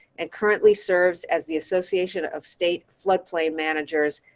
and currently serves as the associate of state flood plane managers,